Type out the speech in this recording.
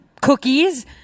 cookies